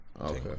okay